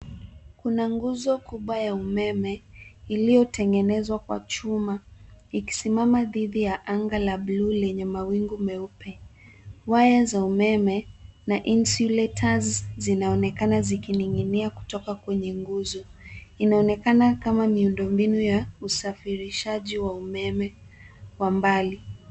Kuna nguzo kubwa ya umeme iliotengenezwa kwa chuma, ikisimama dhidi ya angaa la bluu lenye mawingu meupe. Waya za umeme na insulators zinaonekana zikiningi'nia kutoka kwenye nguzo inaonekana kama miundobinu ya usafirishaji wa umeme kwa mbali.